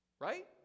Right